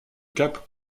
cap